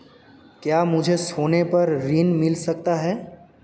क्या मुझे सोने पर ऋण मिल सकता है?